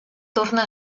torna